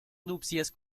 nupcias